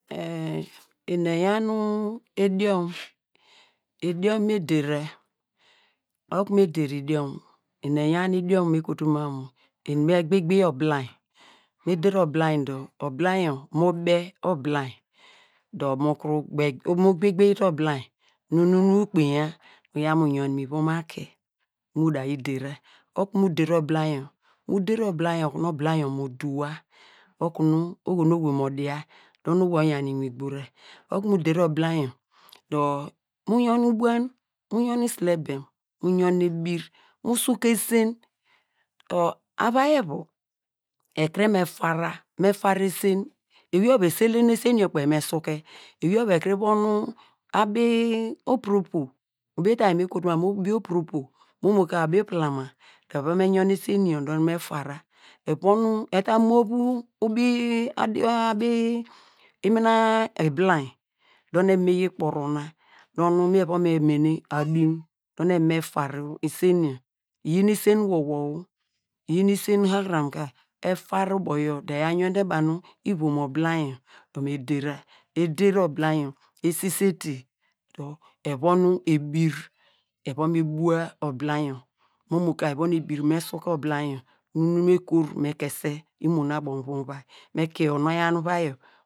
Eni eyan idooni, idiom nu me dera, okunu me der idiom eni eyan idiom nu me kotu mam mu eni me gbigbi obilainy, me der obilainy dor, obilainy yor mu be obilainy dor mu kuru gbigbite obilainy, nunu mu kpeinya uyaw mu yon mu ivom aki, mu da yi dera, okunu mu der obilainyor, mu der obilainyor okunu obilainyor mo duwa okunu oho nu owei mo dia okunu owei oyan inwin gbora okunu mu der obilainy yor, dor mu yon ubuan, mu yon isilebem, mu yon eber, mu suke esen dor evu, ekuru me fara a, mu far esen, ewey ovu esele nu esen yor kpeyi me suke, ewey ovu ekuru von nu abi opuropo. Mo mo ka abi upilama evo me yon esen yor der nu me fara dor eta mar nu ubi imina obilainy dor nu eyi mi kporona dor nu eva me mene aduin der nu eva me far isen yor, iyin esen nor nor- a iyin esen habram ka efare ubo yor dor eya yon de banu ivom obilainy yor dor me dein, edei obilainy yor esisele dor evon ebir eva me buwa obilainy yor omo ka evon ebir me suke obilainyo nunu me kor me kese imo nu abo mu ivom uvai me ku onu oyan uvai yor.